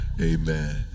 Amen